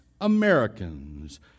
Americans